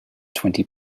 twenty